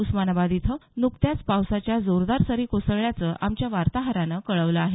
उस्मानाबाद इथं नुकत्याच पावसाच्या जोरदार सरी कोसळल्याचं आमच्या वार्ताहरानं कळवलं आहे